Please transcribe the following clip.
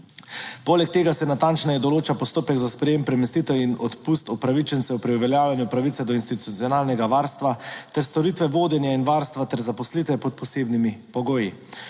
Poleg tega se natančneje določa postopek za sprejem, premestitev in odpust upravičencev pri uveljavljanju pravice do institucionalnega varstva ter storitve vodenja in varstva ter zaposlitve pod posebnimi pogoji.